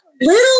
Little